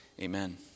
amen